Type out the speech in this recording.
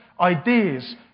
ideas